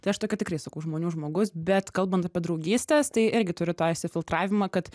tai aš tokia tikrai sakau žmonių žmogus bet kalbant apie draugystes tai irgi turiu tą išsifiltravimą kad